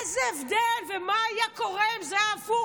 איזה הבדל, ומה היה קורה אם זה היה הפוך.